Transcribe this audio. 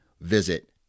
visit